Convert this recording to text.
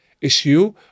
issue